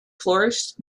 flourished